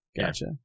Gotcha